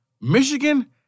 Michigan